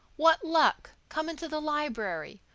what luck! come into the library.